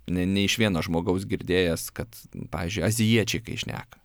ne ne iš vieno žmogaus girdėjęs kad pavyzdžiui azijiečiai kai šneka